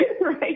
Right